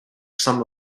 some